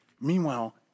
Meanwhile